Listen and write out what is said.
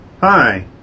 Hi